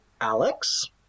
alex